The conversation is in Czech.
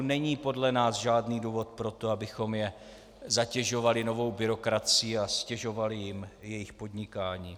Není podle nás žádný důvod pro to, abychom je zatěžovali novou byrokracií a ztěžovali jim jejich podnikání.